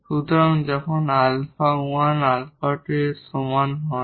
সুতরাং যখন 𝛼1 𝛼2 এর সমান নয়